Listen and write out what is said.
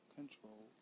control